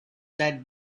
that